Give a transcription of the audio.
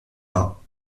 peints